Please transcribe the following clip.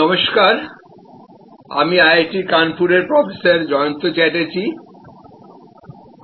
নমস্কার আমি আইআইটি কানপুরের প্রফেসর জয়ন্ত চ্যাটার্জি